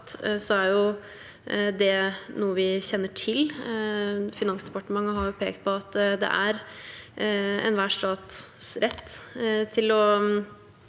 er det noe vi kjenner til. Finansdepartementet har pekt på at det er enhver stats rett å